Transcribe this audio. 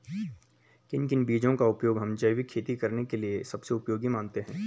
किन किन बीजों का उपयोग हम जैविक खेती करने के लिए सबसे उपयोगी मानते हैं?